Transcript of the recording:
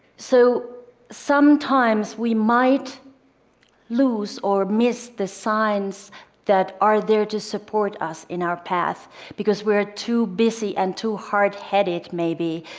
so sometimes we might lose or miss the signs that are there to support us in our path because we are too busy and too hardheaded, maybe,